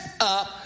up